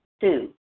Two